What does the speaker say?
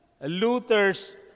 Luther's